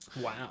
wow